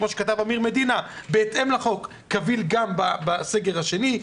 כפי שכתב אמיר מדינה בהתאם לחוק - קביל גם בסגר השני.